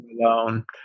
alone